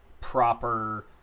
proper